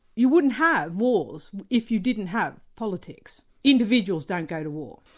you wouldn't have wars if you didn't have politics. individuals don't go to war.